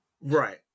Right